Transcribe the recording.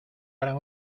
gran